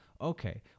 Okay